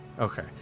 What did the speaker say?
Okay